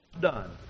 done